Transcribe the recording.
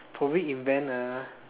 probably invent a